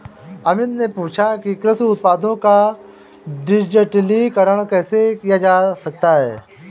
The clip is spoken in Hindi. अमित ने पूछा कि कृषि उत्पादों का डिजिटलीकरण कैसे किया जा सकता है?